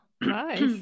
nice